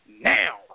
now